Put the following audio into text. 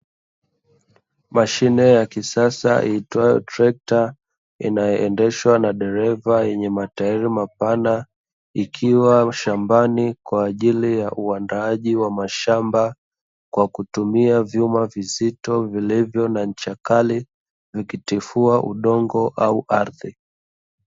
Mashine yakisas iitwayo trekta inaendeshwa na dereva yenye matairi makubwa ikiwa shambani ikitumia vifaa vyenye ncha kali ikitifua ardhi